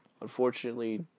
Unfortunately